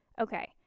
okay